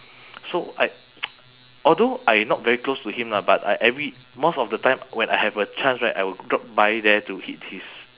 so I although I not very close to him lah but I every most of the time when I have a chance right I will drop by there to eat his